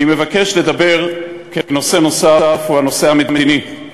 אני מבקש לדבר על נושא נוסף, הוא הנושא המדיני.